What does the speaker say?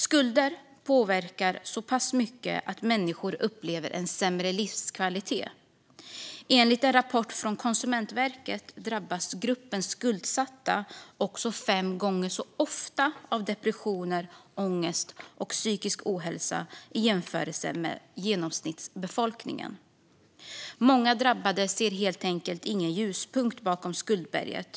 Skulder påverkar livet så pass mycket att människor upplever en sämre livskvalitet. Enligt en rapport från Konsumentverket drabbas gruppen skuldsatta fem gånger oftare av depressioner, ångest och psykisk ohälsa än genomsnittsbefolkningen. Många drabbade ser helt enkelt ingen ljuspunkt bakom skuldberget.